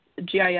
GIS